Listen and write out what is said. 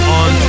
on